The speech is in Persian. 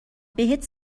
بهت